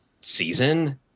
season